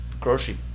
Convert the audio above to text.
grocery